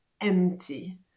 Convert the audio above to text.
empty